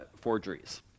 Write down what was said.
forgeries